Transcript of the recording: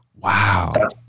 wow